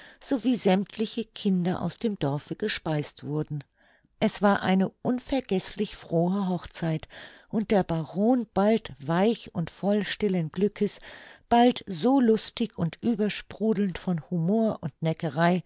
sowie sämmtliche kinder aus dem dorfe gespeist wurden es war eine unvergeßlich frohe hochzeit und der baron bald weich und voll stillen glückes bald so lustig und übersprudelnd von humor und neckerei